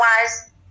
Otherwise